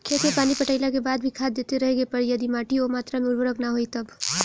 खेत मे पानी पटैला के बाद भी खाद देते रहे के पड़ी यदि माटी ओ मात्रा मे उर्वरक ना होई तब?